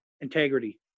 integrity